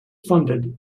funded